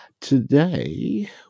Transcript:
Today